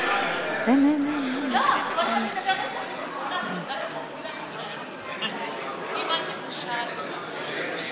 אני יכולה להביא לך עדויות כתובות של אנשים שהלכו למטווחים כדי לחדש